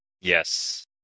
Yes